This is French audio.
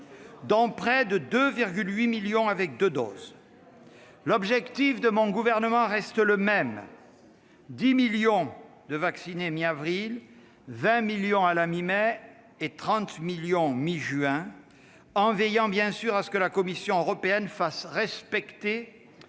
dont près de 2,8 millions avec deux doses. L'objectif de mon gouvernement reste le même : 10 millions de vaccinés à la mi-avril, 20 millions à la mi-mai et 30 millions à la mi-juin, en veillant bien sûr à ce que la Commission européenne fasse respecter